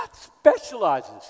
specializes